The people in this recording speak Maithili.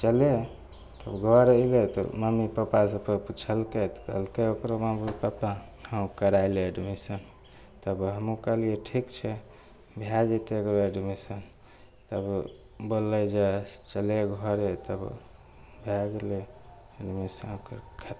चले तब घर एल तऽ मम्मी पप्पासँ फेर पुछलकय तऽ कहलकय ओकरो मम्मी पप्पा हँ करा ले एडमिशन तब हमहुँ कहलियै ठीक छै भए जेतय ओकरो एडमिशन तब बोलय जे चलय घरे तब भए गेलय हमेशा ओकर